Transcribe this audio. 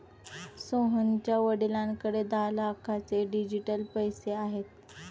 सोहनच्या वडिलांकडे दहा लाखांचे डिजिटल पैसे आहेत